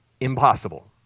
impossible